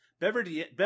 Beverly